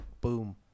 Boom